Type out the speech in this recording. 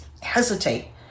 hesitate